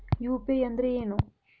UPI ಅಂದ್ರೆ ಏನು?